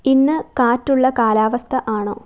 ഇന്ന് കാറ്റുള്ള കാലാവസ്ഥ ആണോ